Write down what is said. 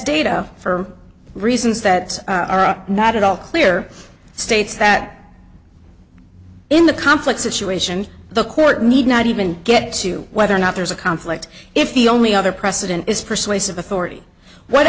data for reasons that are not at all clear states that in the conflict situation the court need not even get to whether or not there's a conflict if the only other precedent is persuasive authority what